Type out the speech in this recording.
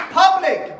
public